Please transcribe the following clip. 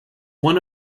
one